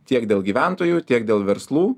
tiek dėl gyventojų tiek dėl verslų